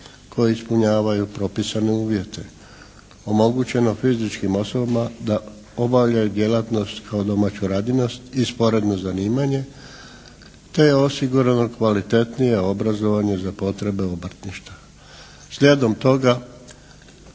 koje ispunjavaju propisane uvjete, omogućeno fizičkim osobama da obavljaju djelatnost kao domaću radinost i sporedno zanimanje, te je osigurano kvalitetnije obrazovanje za potrebe obrtništva. Slijedom toga